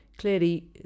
Clearly